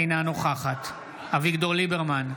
אינה נוכחת אביגדור ליברמן,